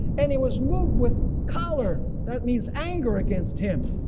and he was moved with choler. that means anger. against him,